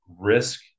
risk